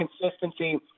consistency